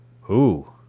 Who